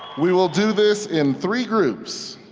we will do this in three groups.